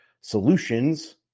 solutions